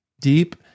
deep